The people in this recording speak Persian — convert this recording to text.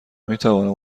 میتوانم